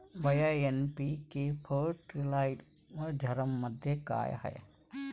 भैय्या एन.पी.के फर्टिलायझरमध्ये काय आहे?